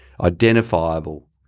identifiable